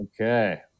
Okay